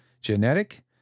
genetic